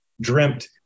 dreamt